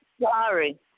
Sorry